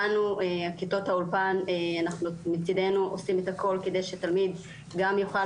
אנחנו מצידנו עושים את הכל כדי שתלמיד גם יוכל